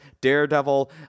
daredevil